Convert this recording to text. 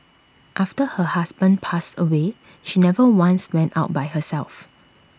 after her husband passed away she never once went out by herself